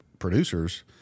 Producers